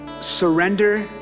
surrender